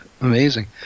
amazing